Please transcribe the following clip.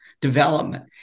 development